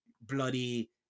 bloody